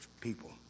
people